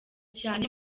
cyane